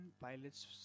pilots